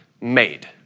made